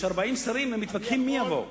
יש 40 שרים, הם מתווכחים מי יבוא.